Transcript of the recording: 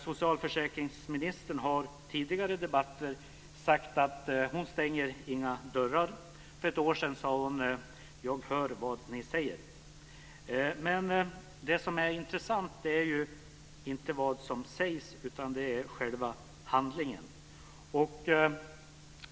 Socialförsäkringsministern har i tidigare debatter sagt att hon inte stänger några dörrar. För ett år sedan sade hon: Jag hör vad ni säger. Men det som är intressant är ju inte vad som sägs, utan det är den praktiska handlingen.